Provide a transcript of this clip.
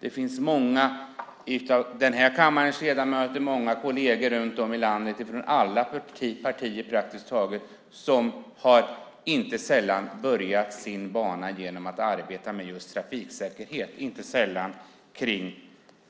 Det är många av den här kammarens ledamöter, många kolleger runt om i landet från alla partier, som inte sällan har börjat sin bana med att arbeta med just trafiksäkerhet, inte sällan kring